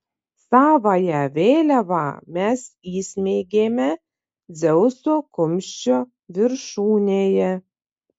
savąją vėliavą mes įsmeigėme dzeuso kumščio viršūnėje